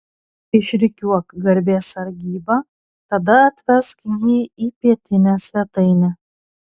išrikiuok garbės sargybą tada atvesk jį į pietinę svetainę